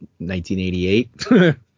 1988